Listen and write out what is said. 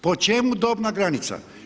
Po čemu dobna granica?